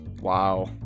Wow